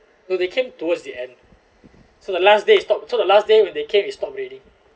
no they came towards the end so the last day stop so the last day when they came it stopped already